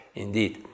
indeed